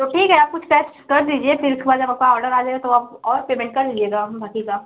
तो ठीक है आपको कुछ केस कर दीजिए फ़िर उसके बाद आपका ऑर्डर या जाएगा तो आप और पेमेन्ट कर दीजिएगा हम बाकी का